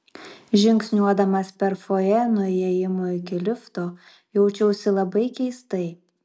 žingsniuodamas per fojė nuo įėjimo iki lifto jaučiausi labai keistai